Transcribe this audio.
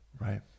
Right